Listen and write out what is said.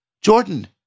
Jordan